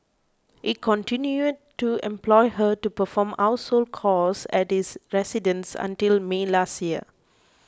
he continued to employ her to perform household chores at his residence until May last year